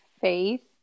faith